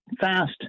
fast